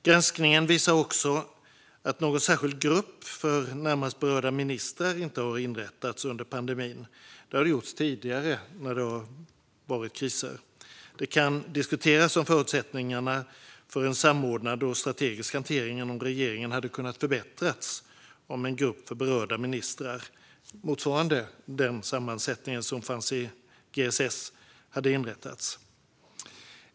Granskningen visar också att någon särskild grupp för närmast berörda ministrar inte har inrättats under pandemin. Detta har skett tidigare när det har varit kriser. Det kan diskuteras om förutsättningarna för en samordnad och strategisk hantering inom regeringen hade kunnat förbättras om en grupp för berörda ministrar, motsvarande den sammansättning som fanns i GSS, hade inrättats.